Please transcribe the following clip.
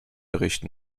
bericht